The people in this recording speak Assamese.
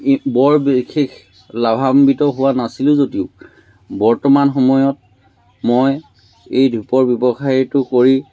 এই বৰ বিশেষ লাভাম্বিত হোৱা নাছিলোঁ যদিও বৰ্তমান সময়ত মই এই ধূপৰ ব্যৱসায়টো কৰি